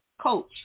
coach